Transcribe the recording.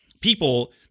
people